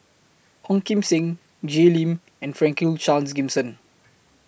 Ong Kim Seng Jay Lim and Franklin Charles Gimson